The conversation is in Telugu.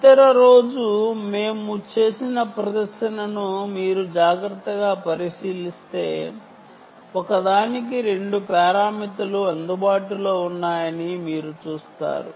ఇంతకుముందు మేము చేసిన ప్రదర్శనను మీరు జాగ్రత్తగా పరిశీలిస్తే 2 పారామితులు అందుబాటులో ఉన్నాయని మీరు చూస్తారు